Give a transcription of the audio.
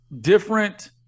different